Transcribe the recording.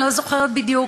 אני לא זוכרת בדיוק,